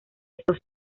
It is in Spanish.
estos